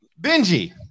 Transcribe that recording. Benji